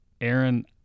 Aaron